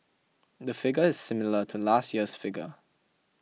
the figure is similar to last year's figure